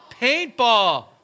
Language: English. Paintball